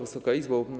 Wysoka Izbo!